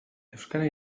euskara